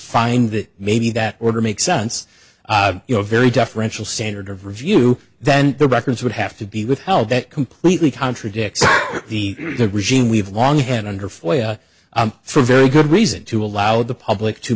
find that maybe that order makes sense you know very deferential standard of review than the records would have to be withheld that completely contradicts the regime we've long had under fire for a very good reason to allow the public to